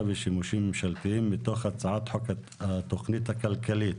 ושימושים ממשלתיים מתוך הצעת חוק התכנית הכלכלית